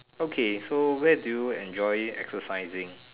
okay so where do you enjoy exercising